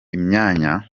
imyanya